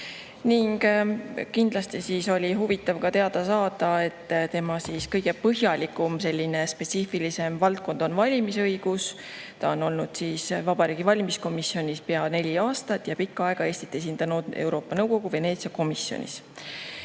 Kindlasti oli huvitav teada saada, et tema kõige põhjalikum ja spetsiifilisem valdkond on valimisõigus. Ta on olnud Vabariigi Valimiskomisjonis pea neli aastat ja pikka aega Eestit esindanud Euroopa Nõukogu Veneetsia komisjonis. Villu